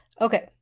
Okay